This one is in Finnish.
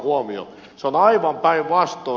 se on aivan päinvastoin